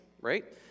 Right